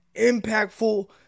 impactful